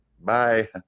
Bye